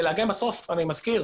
אני מזכיר